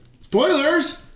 Spoilers